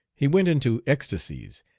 he went into ecstasies,